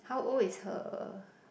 how old is her